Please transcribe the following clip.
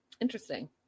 Interesting